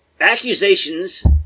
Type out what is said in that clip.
accusations